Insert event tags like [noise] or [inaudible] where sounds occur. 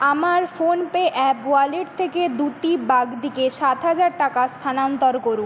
আমার PhonePe app wallet থেকে দ্যুতি বাগদিকে সাত হাজার টাকা স্থানান্তর করু [unintelligible]